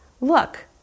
look